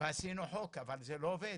ועשינו חוק אבל זה לא עובד.